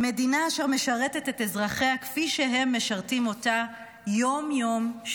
תהא מושתתת על יסודות